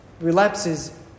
relapses